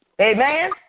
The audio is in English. Amen